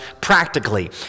practically